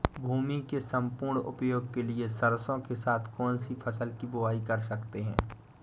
भूमि के सम्पूर्ण उपयोग के लिए सरसो के साथ कौन सी फसल की बुआई कर सकते हैं?